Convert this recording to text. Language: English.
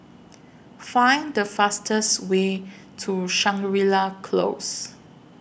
Find The fastest Way to Shangri La Close